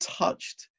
touched